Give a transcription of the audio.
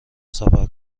سفر